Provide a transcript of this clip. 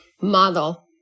model